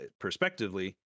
perspectively